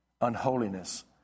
unholiness